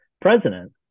president